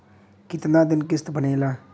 कितना दिन किस्त बनेला?